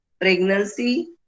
pregnancy